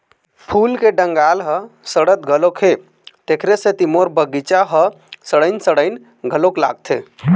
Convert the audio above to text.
फूल के डंगाल ह सड़त घलोक हे, तेखरे सेती मोर बगिचा ह सड़इन सड़इन घलोक लागथे